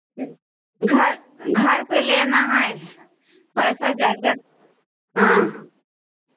घर घर पे लेना है पैसा ज़्यादा हाँ